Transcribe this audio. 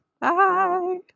Bye